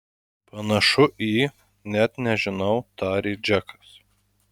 panašu į net nežinau tarė džekas